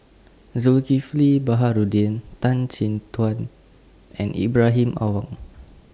Zulkifli Baharudin Tan Chin Tuan and Ibrahim Awang